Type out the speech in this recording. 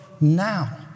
now